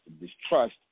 distrust